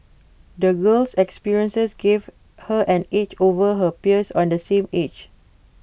the girl's experiences gave her an edge over her peers on the same age